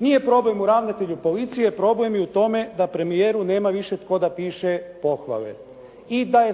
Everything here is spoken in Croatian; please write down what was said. Nije problem u ravnatelju policije, problem je u tome da premijeru nema više tko da piše pohvale i da je